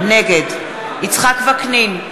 נגד יצחק וקנין,